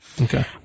Okay